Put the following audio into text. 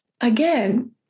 again